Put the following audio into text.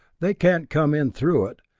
they can't come in through it,